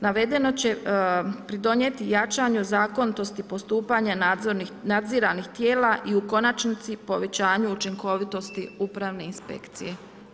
Navedeno će pridonijeti jačanju zakonitosti postupanja nadziranih tijela i u konačnici povećanju učinkovitosti Upravne inspekcije.